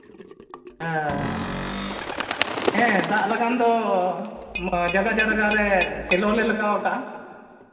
ᱦᱮᱸ ᱫᱟᱜ ᱞᱟᱜᱟᱱ ᱫᱚ ᱡᱟᱭᱜᱟ ᱡᱟᱭᱜᱟ ᱨᱮ ᱥᱮᱞᱚ ᱞᱮ ᱞᱟᱜᱟᱣ ᱠᱟᱜᱼᱟ